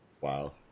Wow